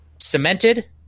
cemented